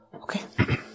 Okay